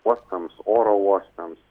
uostams oro uostams